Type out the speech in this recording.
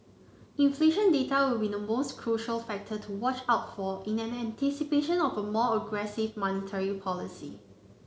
inflation data will be the most crucial factor to watch out for in anticipation of a more aggressive monetary policy